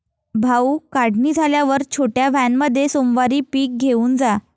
भाऊ, काढणी झाल्यावर छोट्या व्हॅनमध्ये सोमवारी पीक घेऊन जा